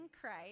Christ